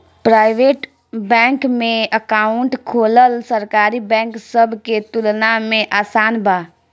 private bank में account खोलल सरकारी बैंक सब के तुलना में आसान बा